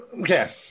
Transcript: Okay